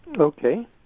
Okay